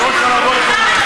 הוא דיבר על המואזין,